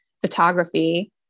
photography